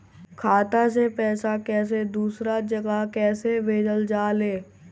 खाता से पैसा कैसे दूसरा जगह कैसे भेजल जा ले?